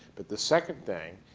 but the second thing,